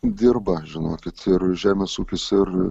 dirba žinokit ir žemės ūkis ir